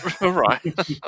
right